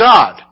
God